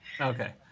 Okay